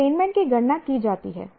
attainment की गणना की जाती है